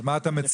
מה אתה מציע?